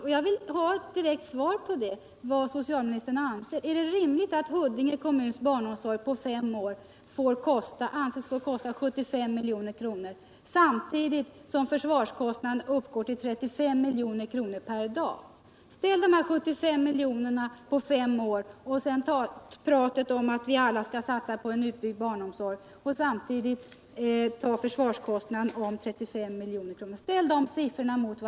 Jag vill ha ett direkt svar. Är det rimligt att Huddinge kommuns barnomsorg på fem år anses få kosta 75 milj.kr. samtidigt som försvarskostnaderna uppgår till 35 milj.kr. per dag? Ställ dessa 75 milj.kr. på fem år och pratet om att vi skall satsa på en utbyggd barnomsorg mot försvarskostnaderna på 35 milj.kr. per dag!